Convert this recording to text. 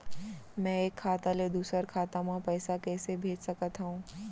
मैं एक खाता ले दूसर खाता मा पइसा कइसे भेज सकत हओं?